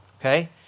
okay